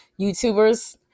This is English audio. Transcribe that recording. YouTubers